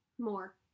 more